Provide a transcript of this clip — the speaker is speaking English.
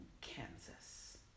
Kansas